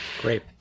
Great